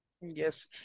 yes